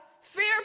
fear